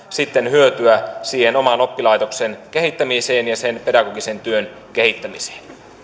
sitten hyötyä siihen oman oppilaitoksen kehittämiseen ja sen pedagogisen työn kehittämiseen